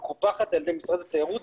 מקופחת על ידי משרד התיירות